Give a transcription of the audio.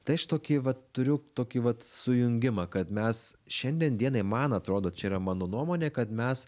tai aš tokį vat turiu tokį vat sujungimą kad mes šiandien dienai man atrodo čia yra mano nuomonė kad mes